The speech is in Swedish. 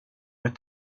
med